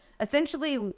essentially